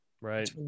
right